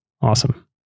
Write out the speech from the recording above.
Awesome